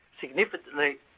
significantly